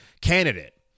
candidate